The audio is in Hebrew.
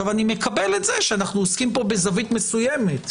אני מקבל את זה שאנו עוסקים בזווית מסוימת.